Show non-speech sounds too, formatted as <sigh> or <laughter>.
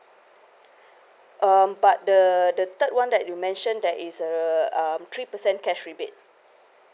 <breath> um but the the third one that you mentioned that is a um three percent cash rebate